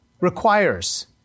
requires